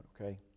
okay